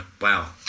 Wow